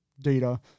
data